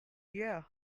yeah